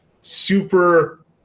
super